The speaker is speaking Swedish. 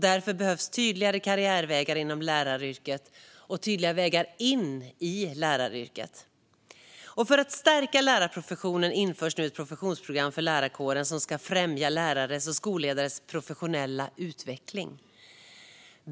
Därför behövs det tydligare karriärvägar inom läraryrket - och tydliga vägar in i läraryrket. För att stärka lärarprofessionen införs nu ett professionsprogram för lärarkåren som ska främja lärares och skolledares professionella utveckling.